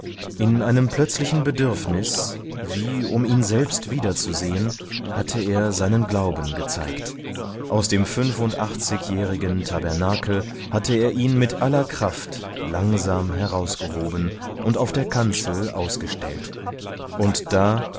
in einem plötzlichen bedürfnis wie um ihn selbst wiederzusehen hatte er seinen glauben gezeigt aus dem fünfundachtzigjährigen tabernakel hatte er ihn mit aller kraft langsam herausgehoben und auf der kanzel ausgestellt und da